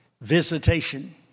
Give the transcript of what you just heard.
visitation